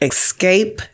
Escape